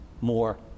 more